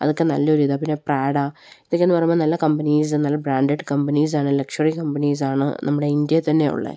അതൊക്കെ നല്ലയൊരിതാണ് പിന്നെ പ്രാഡാ ഇതൊക്കെയെന്ന് പറയുമ്പോള് നല്ല കമ്പനീസ് നല്ല ബ്രാൻഡഡ് കമ്പനീസാണ് ലക്ഷറി കമ്പനീസാണ് നമ്മുടെ ഇന്ത്യയില് തന്നെയുള്ളത്